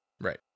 Right